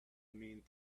mean